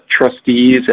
trustees